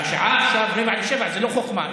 אבל השעה עכשיו 18:45, זו לא חוכמה.